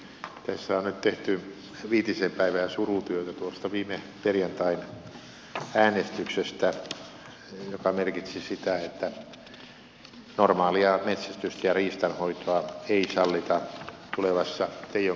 tässä on nyt tehty viitisen päivää surutyötä tuosta viime perjantain äänestyksestä joka merkitsi sitä että normaalia metsästystä ja riistanhoitoa ei sallita tulevassa teijon kansallispuistossa